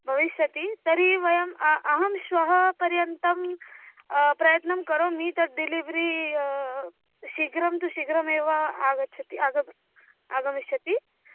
भविष्यति तर्हि वयम् अ अहं श्वः पर्यन्तं प्रयत्नं करोमि तद् डिलिव्रि शीघ्रं तु शीघ्रमेव आगच्छति आगम् आगमिष्यति